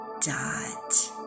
dot